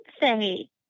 say